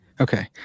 Okay